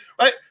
right